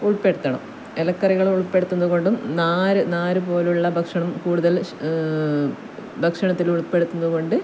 ഉൾപ്പെടുത്തണം ഇലക്കറികൾ ഉൾപ്പെടുത്തുന്നത് കൊണ്ടും നാര് നാര് പോലുള്ള ഭക്ഷണം കൂടുതൽ ഭക്ഷണത്തിൽ ഉൾപ്പെടുത്തുന്നത് കൊണ്ട്